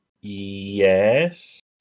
Yes